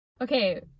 Okay